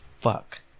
fuck